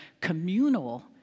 communal